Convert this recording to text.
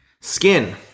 Skin